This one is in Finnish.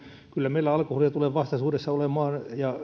kyllä meillä alkoholia tulee vastaisuudessa olemaan ja maailma